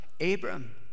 Abram